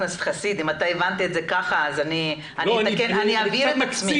אם הבנת את זה כך, אני אבהיר את עצמי.